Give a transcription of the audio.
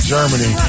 Germany